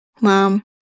Mom